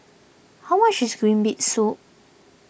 how much is Green Bean Soup